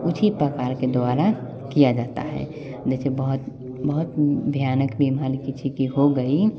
इस प्रकार के द्वारा किया जाता है जैसे बहुत बहुत भयानक बीमारी किसी की हो गई